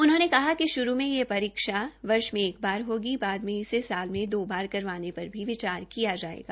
उन्होंने कहा कि शुरू में यह परीक्षा वर्ष में एक बार होगी बाद में इसे साल में दो बार करवाने पर भी विचार किया जायेगा